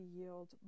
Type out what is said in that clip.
yield